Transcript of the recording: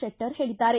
ಶೆಟ್ಟರ್ ಹೇಳಿದ್ದಾರೆ